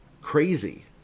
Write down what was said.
crazy